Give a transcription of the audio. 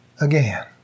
again